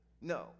no